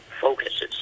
focuses